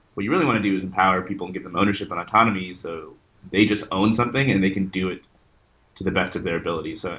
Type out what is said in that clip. what you really want to do is empower people and give them ownership and autonomy, so they just own something and they can do it to the best of their abilities. ah